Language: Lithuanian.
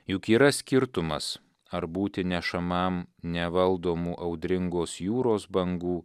juk yra skirtumas ar būti nešamam nevaldomų audringos jūros bangų